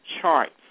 charts